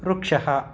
वृक्षः